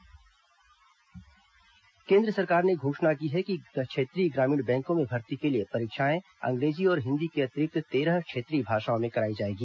ग्रामीण बैंक भर्ती केन्द्र सरकार ने घोषणा की है कि क्षेत्रीय ग्रामीण बैंकों में भर्ती के लिए परीक्षाएं अंग्रेजी और हिन्दी के अतिरिक्त तेरह क्षेत्रीय भाषाओं में कराई जाएगी